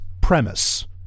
premise